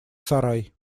сарай